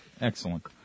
Excellent